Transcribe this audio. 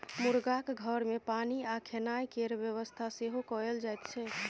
मुरगाक घर मे पानि आ खेनाइ केर बेबस्था सेहो कएल जाइत छै